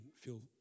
feel